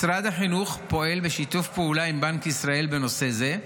משרד החינוך פועל בשיתוף פעולה עם בנק ישראל בנושא זה.